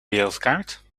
wereldkaart